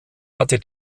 hatte